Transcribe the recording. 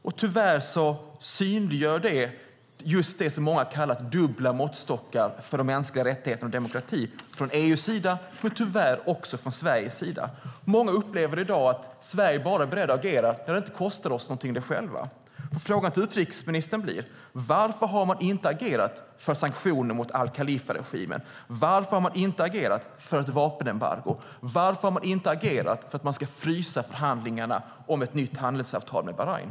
Detta synliggör just det som många har kallat dubbla måttstockar för mänskliga rättigheter och demokrati från EU:s sida och tyvärr också från Sveriges sida. Många upplever att vi i Sverige bara är beredda att agera när det inte kostar oss något. Varför har man inte agerat för sanktioner mot al-Khalifa-regimen? Varför har man inte agerat för ett vapenembargo? Varför har man inte agerat för att frysa förhandlingarna om ett nytt handelsavtal med Bahrain?